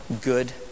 good